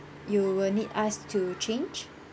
you will need us to change